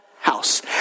house